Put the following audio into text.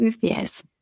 Yes